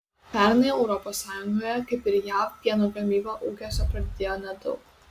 pernai europos sąjungoje kaip ir jav pieno gamyba ūkiuose padidėjo nedaug